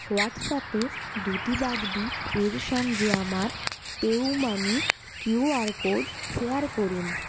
হোয়াটসঅ্যাপে দ্যুতি বাগদি এর সঙ্গে আমার পেউমানি কিউআর কোড শেয়ার করুন